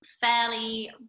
fairly